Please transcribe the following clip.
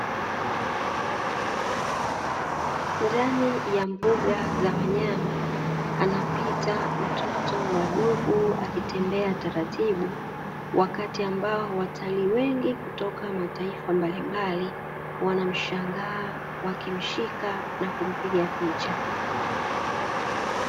Ndani ya mbuga za wanyama, anapita mtoto wa dubu akitembea taratibu, wakati ambao watalii wengi kutoka mataifa mbalimbali wanamshangaa wakimshika na kumpiga picha.